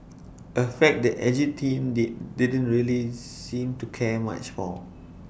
A fact that edgy teen did didn't really seem to care much for